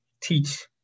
teach